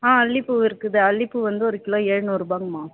ஆ அல்லிப்பூ இருக்குது அல்லிப்பூ வந்து ஒரு கிலோ ஏழ்நூறுரூபாங்கம்மா